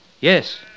Yes